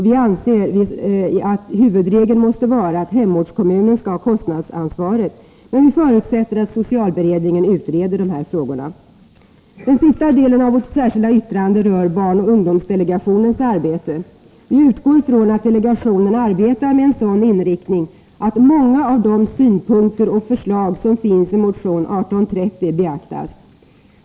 Vi anser att huvudregeln måste vara att hemortskommunen skall ha kostnadsansvaret, men vi förutsätter att socialberedningen utreder dessa frågor. Den sista delen av vårt särskilda yttrande rör barnoch ungdomsdelegationens arbete. Vi utgår från att delegationen arbetar med en sådan inriktning att många av de synpunkter och förslag som finns i motion 1830 beaktas.